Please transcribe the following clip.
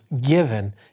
given